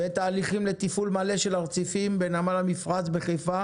ואת ההליכים לתפעול מלא של הרציפים בנמל המפרץ בחיפה